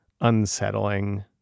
unsettling